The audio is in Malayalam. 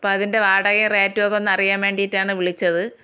അപ്പം അതിന്റെ വാടകയും റേറ്റും ഒക്കെ അറിയാന് വേണ്ടിട്ടാണ് വിളിച്ചത്